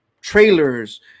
trailers